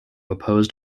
opposed